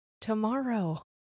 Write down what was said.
tomorrow